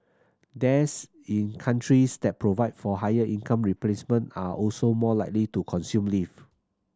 dads in countries that provide for higher income replacement are also more likely to consume leave